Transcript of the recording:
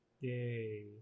Yay